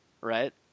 right